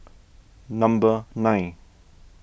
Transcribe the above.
number nine